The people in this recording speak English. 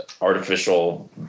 artificial